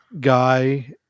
guy